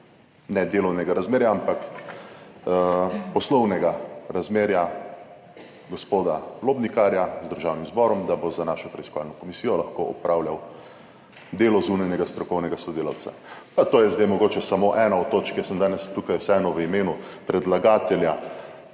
ne delovnega razmerja, ampak poslovnega razmerja gospoda Lobnikarja z Državnim zborom, da bo za našo preiskovalno komisijo lahko opravljal delo zunanjega strokovnega sodelavca. Pa to je zdaj mogoče samo ena od točk. Jaz sem danes tukaj vseeno v imenu predlagatelja,